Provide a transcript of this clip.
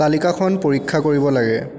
তালিকাখন পৰীক্ষা কৰিব লাগে